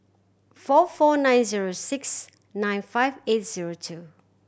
four four nine zero six nine five eight zero two